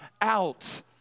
out